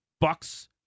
Bucks